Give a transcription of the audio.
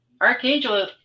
Archangel